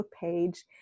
page